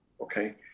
okay